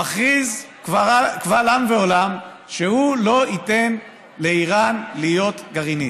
מכריז קבל עם ועולם שהוא לא ייתן לאיראן להיות גרעינית,